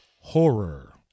Horror